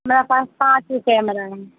हमरा पास पाँच गो कमरा हइ